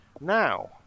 now